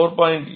764